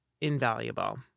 invaluable